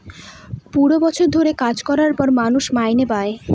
পুরো বছর ধরে কাজ করার পর মানুষ মাইনে পাই